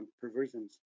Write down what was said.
perversions